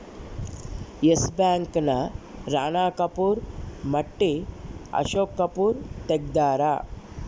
S Bank ನ ರಾಣ ಕಪೂರ್ ಮಟ್ಟ ಅಶೋಕ್ ಕಪೂರ್ ತೆಗ್ದಾರ